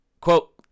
Quote